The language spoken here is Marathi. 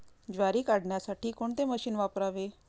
ज्वारी काढण्यासाठी कोणते मशीन वापरावे?